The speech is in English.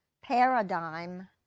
paradigm